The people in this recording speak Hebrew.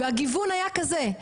והגיוון היה כזה,